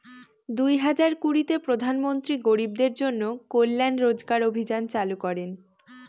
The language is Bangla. দুই হাজার কুড়িতে প্রধান মন্ত্রী গরিবদের জন্য কল্যান রোজগার অভিযান চালু করেন